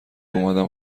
اومدم